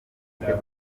igitego